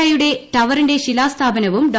I യുടെ ടവറിന്റെ ശിലാസ്ഥാപനവും ഡോ